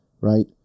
right